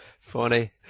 Funny